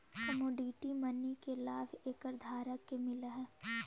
commodity money के लाभ एकर धारक के मिलऽ हई